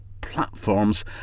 platforms